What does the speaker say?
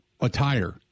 attire